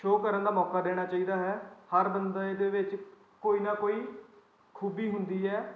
show ਕਰਨ ਦਾ ਮੌਕਾ ਦੇਣਾ ਚਾਹੀਦਾ ਹੈ ਹਰ ਬੰਦਾ ਦੇ ਵਿੱਚ ਕੋਈ ਨਾ ਕੋਈ ਖੂਬੀ ਹੁੰਦੀ ਹੈ